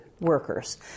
workers